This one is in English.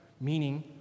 meaning